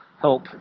help